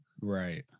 Right